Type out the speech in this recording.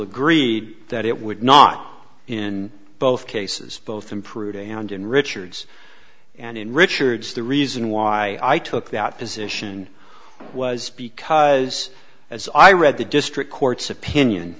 agreed that it would not in both cases both improve and in richard's and in richards the reason why i took that position was because as i read the district court's opinion